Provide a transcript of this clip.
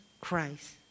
Christ